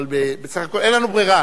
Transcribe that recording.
אבל בסך הכול אין לנו ברירה,